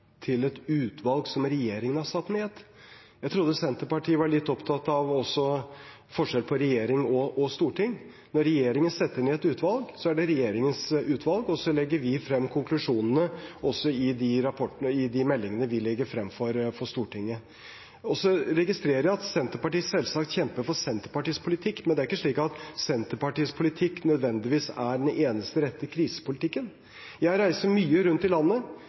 utvalg, er det regjeringens utvalg. Så legger vi frem konklusjonene fra rapportene i de meldingene vi legger frem for Stortinget. Jeg registrerer at Senterpartiet selvsagt kjemper for Senterpartiets politikk. Men det er ikke slik at Senterpartiets politikk nødvendigvis er den eneste rette krisepolitikken. Jeg reiser mye rundt i landet